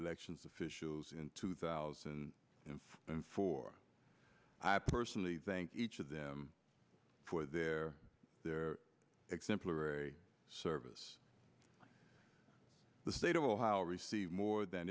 elections officials in two thousand and four i personally think each of them for their exemplary service the state of ohio received more than